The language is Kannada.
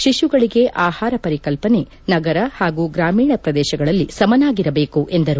ಶಿಶುಗಳಿಗೆ ಆಹಾರ ಪರಿಕಲ್ಪನೆ ನಗರ ಹಾಗೂ ಗ್ರಾಮೀಣ ಪ್ರದೇಶಗಳಲ್ಲಿ ಸಮನಾಗಿರಬೇಕು ಎಂದರು